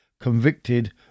convicted